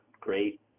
great